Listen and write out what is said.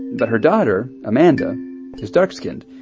but her daughter amanda is dark-skinned.